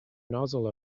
nozzle